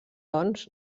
doncs